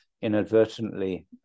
inadvertently